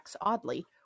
oddly